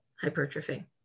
hypertrophy